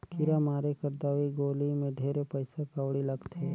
कीरा मारे कर दवई गोली मे ढेरे पइसा कउड़ी लगथे